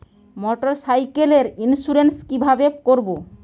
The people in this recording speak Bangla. মোটরসাইকেলের ইন্সুরেন্স কিভাবে করব?